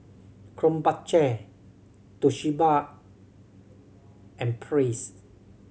Krombacher Toshiba and Praise